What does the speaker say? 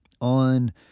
On